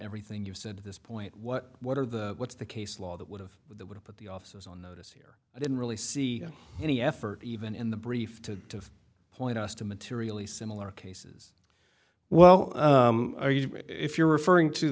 everything you've said to this point what what are the what's the case law that would have that would put the officers on notice here i didn't really see any effort even in the brief to point us to materially similar cases well if you're referring to